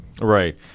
Right